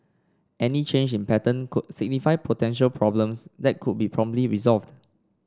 any change in pattern could signify potential problems that could be promptly resolved